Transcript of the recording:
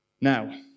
Now